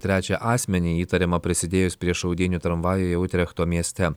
trečią asmenį įtariamą prisidėjus prie šaudynių tramvajuje utrechto mieste